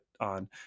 on